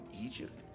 Egypt